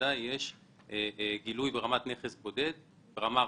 בוודאי יש גילוי ברמת נכס בודד ברמה הרחבה,